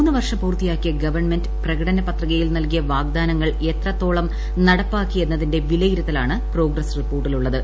മൂന്നുവർഷം പൂർത്തിയാക്കിയ ഗവൺമെന്റ് പ്രകടനപത്രികയിൽ നൽകിയ വാഗ്ദാനങ്ങൾ എത്രത്തോളം നടപ്പാക്കിയെന്നതിന്റെ വിലയിരുത്തലാണ് പ്രോഗ്രസ് റിപ്പോർട്ടിലുള്ളത്